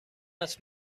است